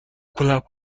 کنم